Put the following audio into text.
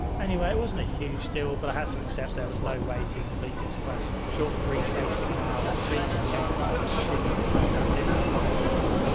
anyway, it wasn't a huge deal, but i had to accept that there was no way to complete this quest short of retracing an hour of previous gameplay and seeing if it turned out differently a second time.